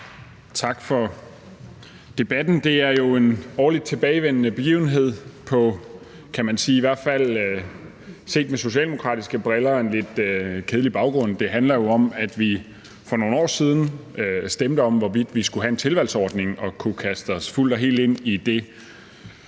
tak for debatten. Det er jo en årligt tilbagevendende begivenhed på en, i hvert fald set gennem socialdemokratiske briller lidt kedelig baggrund. Det handler jo om, at vi for nogle år siden stemte om, hvorvidt vi skulle have en tilvalgsordning og kunne kaste os fuldt og helt ind i det